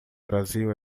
brasil